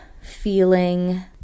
feeling